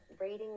reading